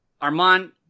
Armand